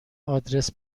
آدرس